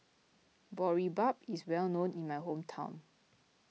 Boribap is well known in my hometown